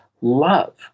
love